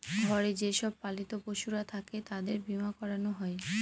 ঘরে যে সব পালিত পশুরা থাকে তাদের বীমা করানো হয়